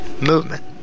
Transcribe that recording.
movement